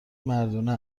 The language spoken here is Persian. مردونه